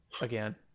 again